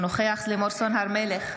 בעד לימור סון הר מלך,